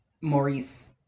Maurice